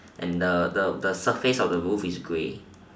and the the surface of the roof is grey